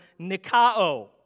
nikao